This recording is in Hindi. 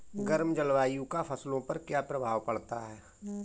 गर्म जलवायु का फसलों पर क्या प्रभाव पड़ता है?